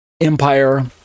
empire